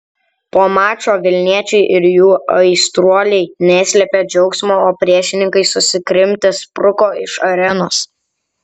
po mačo vilniečiai ir jų aistruoliai neslėpė džiaugsmo o priešininkai susikrimtę spruko iš arenos